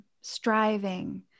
striving